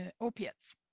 opiates